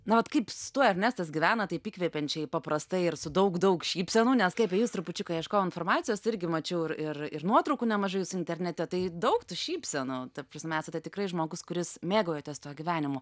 nu vat kaip su tuo ernestas gyvena taip įkvepiančiai paprastai ir su daug daug šypsenų nes kai apie jus trupučiuką ieškojau informacijos tai irgi mačiau ir ir ir nuotraukų nemažai jūsų internete tai daug tų šypsenų ta prasme esate tikrai žmogus kuris mėgaujatės tuo gyvenimu